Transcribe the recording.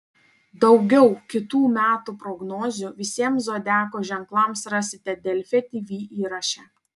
daugiau kitų metų prognozių visiems zodiako ženklams rasite delfi tv įraše